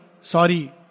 sorry